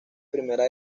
primera